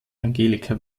angelika